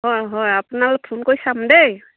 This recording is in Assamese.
হয় হয় আপোনালৈ ফোন কৰি চাম দেই